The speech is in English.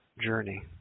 journey